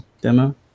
demo